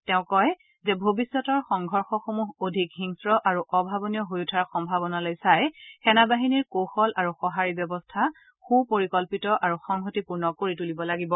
তেওঁ কয় যে ভৱিষ্যতৰ সংঘৰ্যসমূহ অধিক হিংস্ আৰু অভাৱনীয় হৈ উঠাৰ সম্ভাৱনালৈ চাই সেনাবাহিনীৰ কৌশল আৰু সঁহাৰি ব্যৱস্থা সুপৰিকল্পিত আৰু সংহতিপূৰ্ণ কৰি তুলিব লাগিব